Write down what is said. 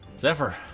Zephyr